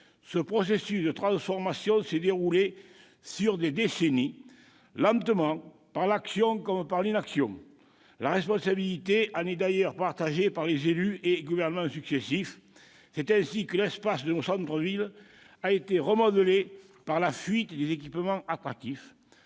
ce processus de transformation s'est déroulé sur des décennies, lentement, par l'action comme par l'inaction. La responsabilité en est d'ailleurs partagée par les élus et les gouvernements successifs. C'est ainsi que l'espace de nos centres-villes a été remodelé par la fuite des équipements attractifs,